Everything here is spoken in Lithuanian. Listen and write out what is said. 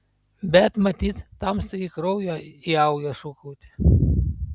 bet matyt tamstai į kraują įaugę šūkauti